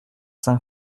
saint